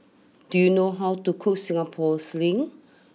do you know how to cook Singapore sling